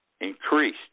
increased